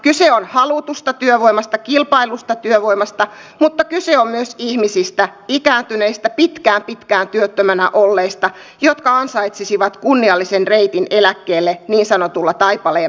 kyse on halutusta työvoimasta kilpaillusta työvoimasta mutta kyse on myös ihmisistä ikääntyneistä pitkään pitkään työttömänä olleista jotka ansaitsisivat kunniallisen reitin eläkkeelle niin sanotulla taipaleen mallilla